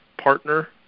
partner